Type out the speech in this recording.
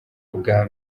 bwa